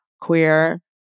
queer